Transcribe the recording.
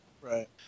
right